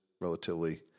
relatively